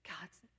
God's